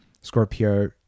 Scorpio